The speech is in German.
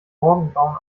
morgengrauen